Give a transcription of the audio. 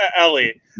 Ellie